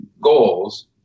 goals